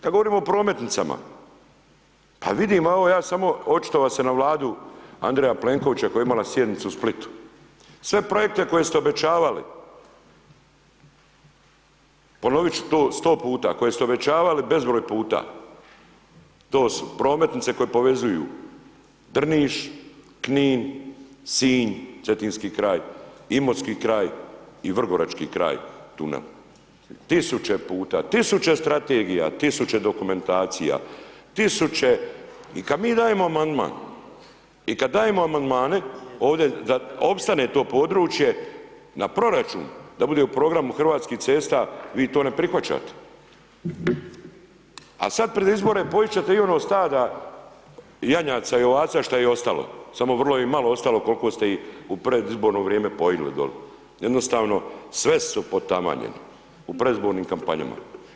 Kad govorimo o prometnicama pa vidim evo ja samo očitovao se na Vladu Andreja Plenkovića koja je imala sjednicu u Splitu, sve projekte koje ste obećavali, ponovit ću to 100 puta, koje ste obećavali bezbroj puta to su prometnice koje povezuju Drniš, Knin, Sinj, Cetinski kraj, Imotski kraj i Vrgorački kraj, ... tisuće puta, tisuće strategija, tisuće dokumentacija, tisuće, i kad mi dajemo amandman, i kad dajemo amandmane ovdje da opstane to područje, na proračun, da bude u programu Hrvatskih cesta, vi to ne prihvaćate, a sad pred izbore pojist će te i ono stada janjaca i ovaca što ih je ostalo, samo vrlo ih je malo ostalo kol'ko ste ih u predizborno vrijeme pojili doli, jednostavno sve su potamanjeni u predizbornim kampanjama.